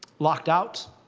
locked out,